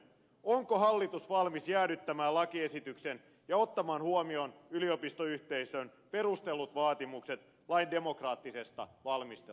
onko hallitus valmis jäädyttämään lakiesityksen ja ottamaan huomioon yliopistoyhteisön perustellut vaatimukset lain demokraattisesta valmistelusta